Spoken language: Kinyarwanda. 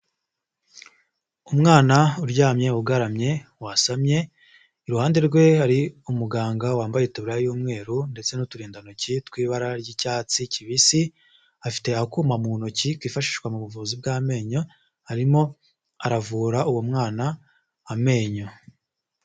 Umwana uryamye ugaramye wasamye iruhande rwe hari umuganga wambayetubala y'umweru ndetse n'uturindantoki tw'ibara ry'icyatsi kibisi afite akuma mu ntoki kifashishwa mu buvuzi bw'amenyo arimo aravura uwo mwana amenyo.